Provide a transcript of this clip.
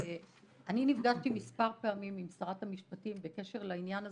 אני נפגשתי מספר פעמים עם שרת המשפטים בקשר לעניין הזה,